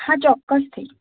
હા ચોક્કસથી